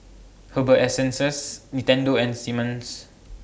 Herbal Essences Nintendo and Simmons